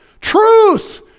truth